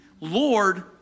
Lord